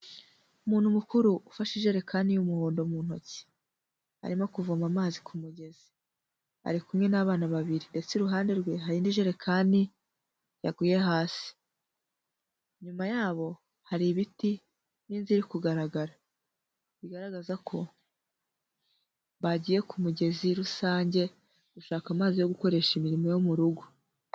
Umuntu mukuru ufashe ijerekani y'umuhondo mu ntoki, arimo kuvoma amazi ku mugezi, ari kumwe n'abana babiri, ndetse iruhande rwe hari indi jerekani yaguye hasi, inyuma yabo hari ibiti n'inzu iri kugaragara bigaragaza ko bagiye ku mugezi rusange gushaka amazi yo gukoresha imirimo yo mu rugo.